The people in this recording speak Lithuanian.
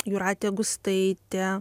jūratė gustaitė